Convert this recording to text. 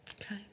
Okay